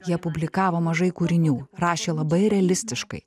jie publikavo mažai kūrinių rašė labai realistiškai